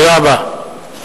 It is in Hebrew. תודה רבה.